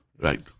Right